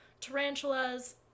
Tarantulas